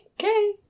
okay